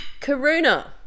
Karuna